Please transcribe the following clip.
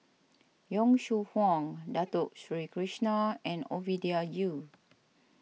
Yong Shu Hoong Dato Sri Krishna and Ovidia Yu